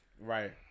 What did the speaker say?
Right